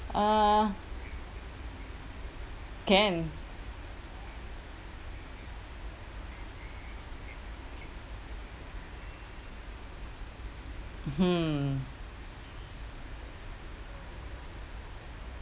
uh can hmm